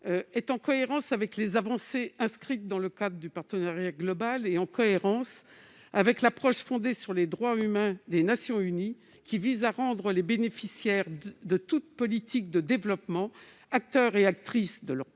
est en cohérence avec les avancées inscrites dans le cadre de partenariat global et avec l'approche fondée sur les droits humains des Nations unies, qui vise à rendre les bénéficiaires de toute politique de développement acteurs et actrices de leur propre